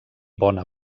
bona